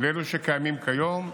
לאלו שקיימים כיום,